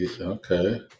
Okay